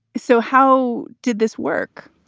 so how did this work?